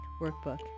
workbook